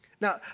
Now